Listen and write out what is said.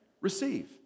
receive